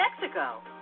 Mexico